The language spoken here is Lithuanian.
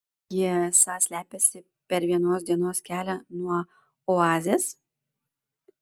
jie esą slepiasi per vienos dienos kelią nuo oazės